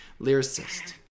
Lyricist